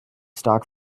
stock